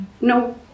no